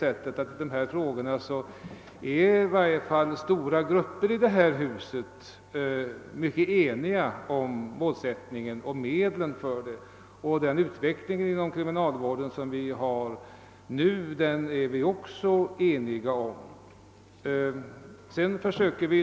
Beträffande de här frågorna är i varje fall stora grupper inom riksdagen mycket eniga om målen och medlen, och vi är också eniga om den nuvarande utvecklingen inom kriminalvården.